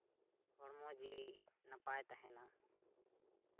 ᱦᱚᱲᱢᱚ ᱡᱤᱣᱤ ᱱᱟᱯᱟᱭ ᱛᱟᱦᱮᱱᱟ